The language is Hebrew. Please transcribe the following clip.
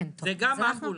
זה גם אמבולנס.